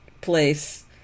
place